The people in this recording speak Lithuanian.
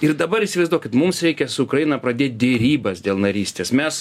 ir dabar įsivaizduokit mums reikia su ukraina pradėt dėrybas dėl narystės mes